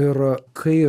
ir kai